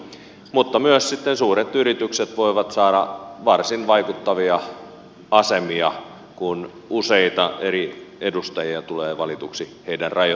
mutta myös sitten suuret yritykset voivat saada varsin vaikuttavia asemia kun useita eri edustajia tulee valituksi heidän rahoituksellaan